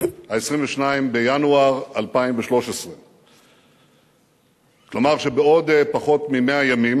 22 בינואר 2013. כלומר, בעוד פחות מ-100 ימים